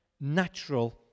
natural